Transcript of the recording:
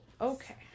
Okay